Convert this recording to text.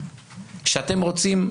כשאתם רוצים,